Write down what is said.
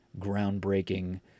groundbreaking